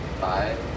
five